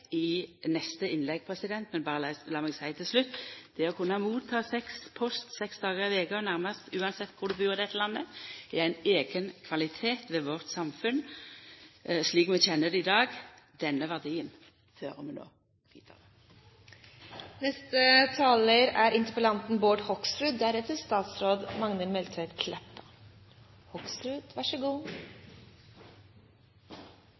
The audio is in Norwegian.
i neste innlegg, men lat meg berre seia til slutt: Det å kunna motta post seks dagar i veka, nær sagt uansett kvar ein bur i dette landet, er ein eigen kvalitet ved vårt samfunn slik vi kjenner det i dag. Denne verdien fører vi no vidare. Jeg takker statsråden for svaret. Jeg er